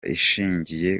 ishingiye